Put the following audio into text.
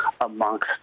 amongst